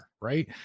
right